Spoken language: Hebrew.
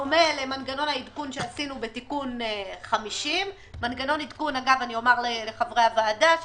בדומה למנגנון העדכון שעשינו בתיקון 50. אני אומרת לחברי הוועדה,